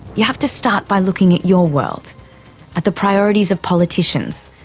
you have to start by looking at your world at the priorities of politicians,